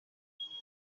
tugomba